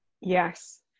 Yes